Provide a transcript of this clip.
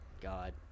god